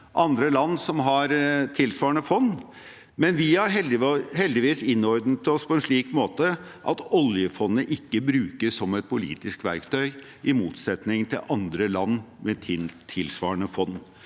andre land som har tilsvarende fond, men vi har heldigvis innordnet oss på en slik måte at oljefondet ikke brukes som et politisk verktøy, i motsetning til andre land